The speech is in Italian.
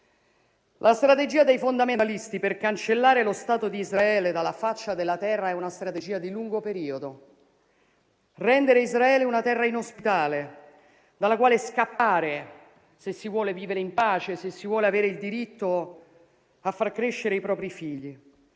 La strategia dei fondamentalisti per cancellare lo Stato di Israele dalla faccia della terra è una strategia di lungo periodo: rendere Israele una terra inospitale dalla quale scappare se si vuole vivere in pace, se si vuole avere il diritto a far crescere i propri figli